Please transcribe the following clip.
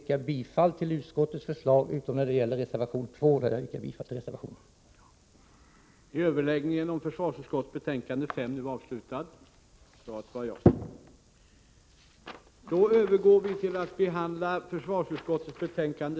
Jag vill med detta yrka bifall till reservation 2 och i övrigt till utskottets förslag.